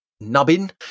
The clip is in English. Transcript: nubbin